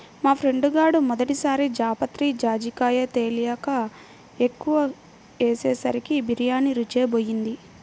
మా ఫ్రెండు గాడు మొదటి సారి జాపత్రి, జాజికాయ తెలియక ఎక్కువ ఏసేసరికి బిర్యానీ రుచే బోయింది